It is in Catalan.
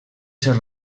ser